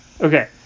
Okay